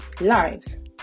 lives